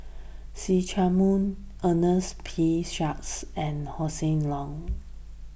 See Chak Mun Ernest P Shanks and Hossan Leong